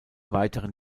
weiteren